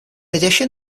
addition